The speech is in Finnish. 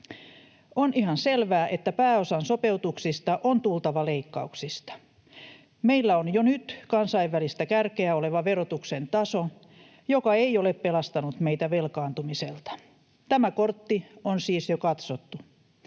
On ihan selvää, että pääosan sopeutuksista on tultava leikkauksista. Meillä on jo nyt kansainvälistä kärkeä oleva verotuksen taso, joka ei ole pelastanut meitä velkaantumiselta. Tämä kortti on siis jo katsottu.